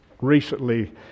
recently